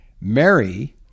Mary